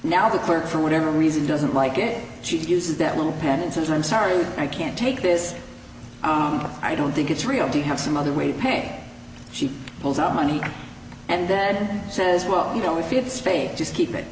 now that for whatever reason doesn't like it she uses that little pen and says i'm sorry i can't take this i don't think it's real do you have some other way to pay she pulls out money and then says well you know if it's fake just keep it